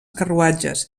carruatges